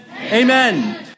Amen